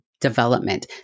development